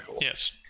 Yes